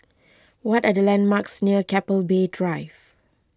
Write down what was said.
what are the landmarks near Keppel Bay Drive